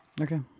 Okay